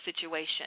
situation